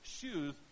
shoes